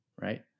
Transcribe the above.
right